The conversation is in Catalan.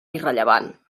irrellevant